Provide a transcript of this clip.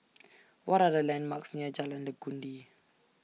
What Are The landmarks near Jalan Legundi